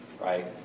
right